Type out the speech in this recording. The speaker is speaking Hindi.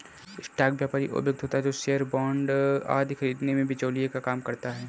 स्टॉक व्यापारी वो व्यक्ति होता है जो शेयर बांड आदि खरीदने में बिचौलिए का काम करता है